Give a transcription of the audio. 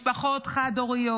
משפחות חד-הוריות.